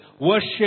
worship